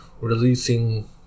releasing